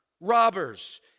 robbers